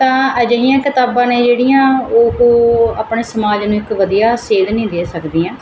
ਤਾਂ ਅਜਿਹੀਆਂ ਕਿਤਾਬਾਂ ਨੇ ਜਿਹੜੀਆਂ ਉਹ ਆਪਣੇ ਸਮਾਜ ਨੂੰ ਇੱਕ ਵਧੀਆ ਸੇਧ ਨਹੀਂ ਦੇ ਸਕਦੀਆਂ